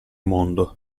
mondo